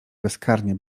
bezkarnie